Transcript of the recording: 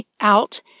out